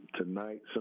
tonight